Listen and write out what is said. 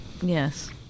Yes